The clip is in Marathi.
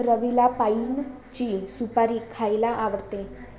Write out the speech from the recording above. रवीला पाइनची सुपारी खायला आवडते